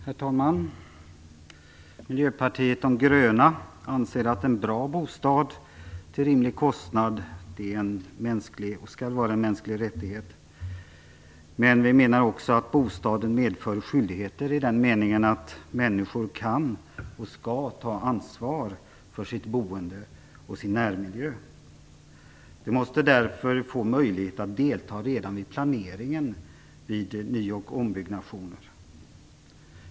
Herr talman! Miljöpartiet de gröna anser att en bra bostad till rimlig kostnad skall vara en mänsklig rättighet. Vi menar också att bostaden medför skyldigheter i den meningen att människor kan och skall ta ansvar för sitt boende och sin närmiljö. De måste därför få möjlighet att delta redan vid planeringen i samband med ny och ombyggnationer.